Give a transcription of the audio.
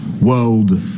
world